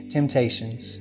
Temptations